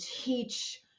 teach